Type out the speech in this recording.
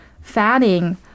fanning